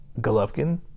Golovkin